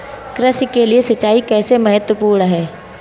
कृषि के लिए सिंचाई कैसे महत्वपूर्ण है?